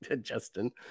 Justin